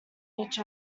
each